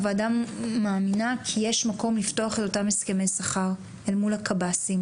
הוועדה מאמינה כי יש מקום לפתוח את אותם הסכמי שכר אל מול הקב"סים.